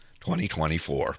2024